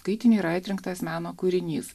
skaitinį yra atrinktas meno kūrinys